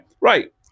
right